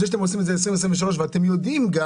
ב-2023 תעלו,